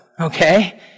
Okay